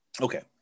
Okay